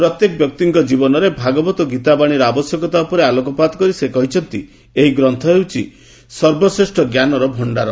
ପ୍ରତ୍ୟେକ ବ୍ୟକ୍ତିଙ୍କ ଜୀବନରେ ଭଗବତ ଗୀତା ବାଣୀର ଆବଶ୍ୟକତା ଉପରେ ଆଲୋକପାତ କରି ସେ କହିଛନ୍ତି ଏହି ଗ୍ରନ୍ଥ ହେଉଛି ସର୍ବଶ୍ରେଷ୍ଠ ଜ୍ଞାନର ଭଣ୍ଡାର